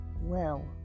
Well